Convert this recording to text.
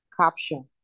Caption